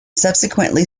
subsequently